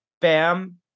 Bam